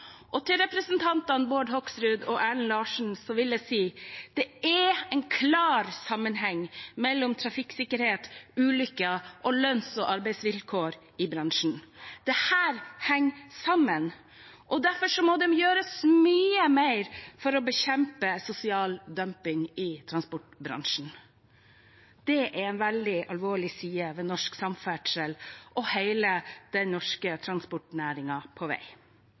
og de næringsdrivende like konkurransevilkår. Til representantene Bård Hoksrud og Erlend Larsen vil jeg si: Det er en klar sammenheng mellom trafikksikkerhet, ulykker og lønns- og arbeidsvilkår i bransjen. Dette henger sammen, og derfor må det gjøres mye mer for å bekjempe sosial dumping i transportbransjen. Dette er en veldig alvorlig side ved norsk samferdsel og hele den norske transportnæringen på vei.